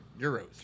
euros